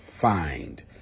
find